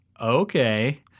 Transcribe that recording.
okay